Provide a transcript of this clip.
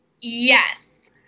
Yes